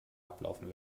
ablaufen